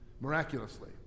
miraculously